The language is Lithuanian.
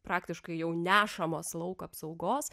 praktiškai jau nešamos lauk apsaugos